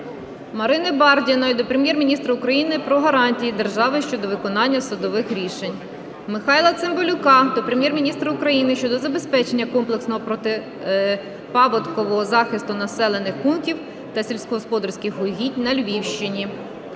Марини Бардіної до Прем'єр-міністра України про гарантії держави щодо виконання судових рішень. Михайла Цимбалюка до Прем'єр-міністра України щодо забезпечення комплексного протипаводкового захисту населених пунктів та сільськогосподарських угідь на Львівщині.